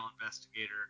investigator